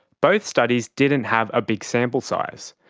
both studies didn't have a big sample size.